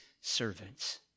servants